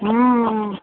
ହୁଁ